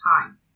time